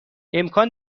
امکان